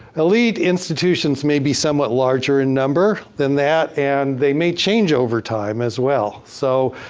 elite institutions may be somewhat larger in number than that, and they may change over time, as well. so,